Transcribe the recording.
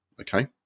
okay